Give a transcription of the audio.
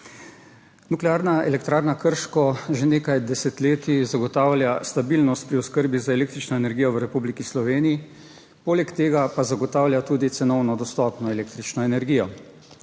Nuklearna elektrarna Krško že nekaj desetletij zagotavlja stabilnost pri oskrbi z električno energijo v Republiki Sloveniji, poleg tega pa zagotavlja tudi cenovno dostopno električno energijo.